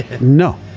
No